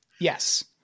Yes